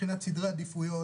מבחינת מאבטחים,